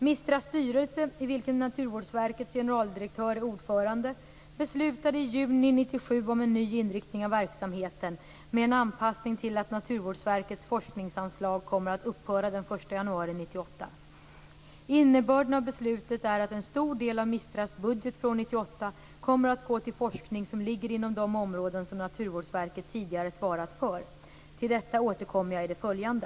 MISTRA:s styrelse, i vilken Naturvårdsverkets generaldirektör är ordförande, beslutade i juni 1997 om en ny inriktning av verksamheten med en anpassning till att Naturvårdsverkets forskningsanslag kommer att upphöra den 1 januari 1998. Innebörden av beslutet är att en stor del av MISTRA:s budget för år 1998 kommer att gå till forskning som ligger inom de områden som Naturvårdsverket tidigare svarat för. Till detta återkommer jag i det följande.